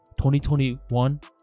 2021